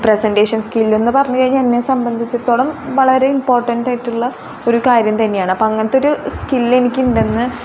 presentation skill എന്ന് പറഞ്ഞു കഴിഞ്ഞാൽ എന്നെ സംബന്ധിച്ചിടത്തോളം വളരെ ഇമ്പോർട്ടന്റ് ആയിട്ടുള്ള ഒരു കാര്യം തന്നെയാണ് അപ്പം അങ്ങനത്തെയൊരു സ്കിൽ എനിക്ക് ഉണ്ടെന്ന്